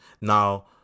Now-